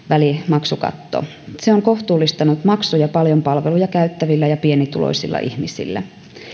se on kohtuullistanut maksuja paljon palveluja käyttävillä ja pienituloisilla ihmisillä